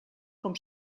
com